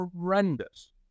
horrendous